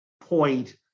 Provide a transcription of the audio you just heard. point